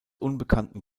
unbekannten